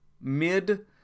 mid